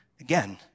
Again